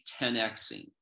10xing